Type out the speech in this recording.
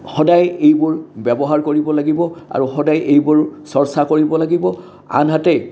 সদায় এইবোৰ ব্যৱহাৰ কৰিব লাগিব আৰু সদায় এইবোৰ চৰ্চা কৰিব লাগিব আনহাতে